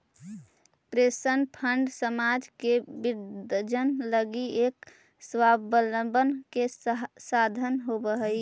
pension fund समाज के वृद्धजन लगी एक स्वाबलंबन के साधन होवऽ हई